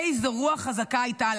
איזו רוח חזקה הייתה.